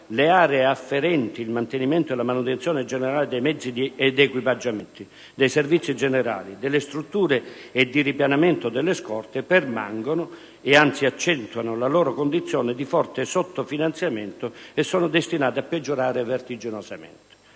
«le aree afferenti il mantenimento e la manutenzione generale dei mezzi ed equipaggiamenti, dei servizi generali, delle strutture e di ripianamento delle scorte, permangono e anzi accentuano la loro condizione di forte sottofinanziamento e sono destinate a peggiorare vertiginosamente».